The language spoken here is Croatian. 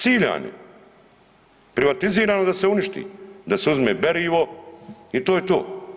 Ciljano, privatizirano da se uništi, da se uzme berivo i to je to.